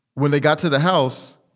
when they got to the house,